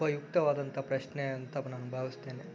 ಉಪಯುಕ್ತವಾದಂಥ ಪ್ರಶ್ನೆ ಅಂತ ನಾನು ಭಾವಿಸುತ್ತೇನೆ